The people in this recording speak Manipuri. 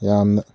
ꯌꯥꯝꯅ